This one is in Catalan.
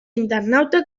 internauta